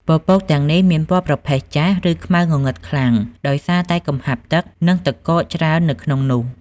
ពពកទាំងនេះមានពណ៌ប្រផេះចាស់ ឬខ្មៅងងឹតខ្លាំងដោយសារតែកំហាប់ទឹក និងទឹកកកច្រើននៅក្នុងនោះ។